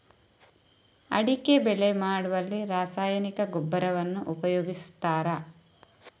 ಅಡಿಕೆ ಬೆಳೆ ಮಾಡುವಲ್ಲಿ ರಾಸಾಯನಿಕ ಗೊಬ್ಬರವನ್ನು ಉಪಯೋಗಿಸ್ತಾರ?